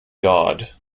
god